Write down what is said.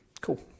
Cool